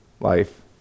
life